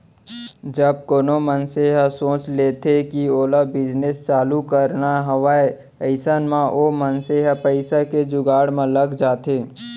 जब कोनो मनसे ह सोच लेथे कि ओला बिजनेस चालू करना हावय अइसन म ओ मनसे ह पइसा के जुगाड़ म लग जाथे